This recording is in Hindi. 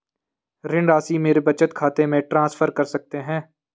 ऋण राशि मेरे बचत खाते में ट्रांसफर कर सकते हैं?